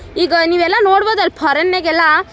ಈಗ ನೀವೆಲ್ಲ ನೋಡ್ಬೋದು ಅಲ್ಲಿ ಫಾರಿನ್ನಾಗ್ ಎಲ್ಲ